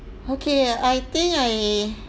okay I think I